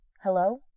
Hello